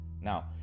Now